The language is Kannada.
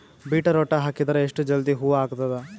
ಬೀಟರೊಟ ಹಾಕಿದರ ಎಷ್ಟ ಜಲ್ದಿ ಹೂವ ಆಗತದ?